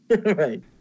Right